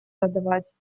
задавать